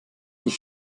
die